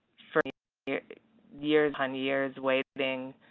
years years on years waiting